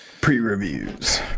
Pre-reviews